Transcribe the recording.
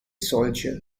soldier